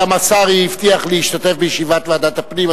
גם השר הבטיח להשתתף בישיבת ועדת הפנים.